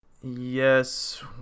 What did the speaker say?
Yes